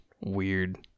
weird